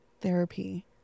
therapy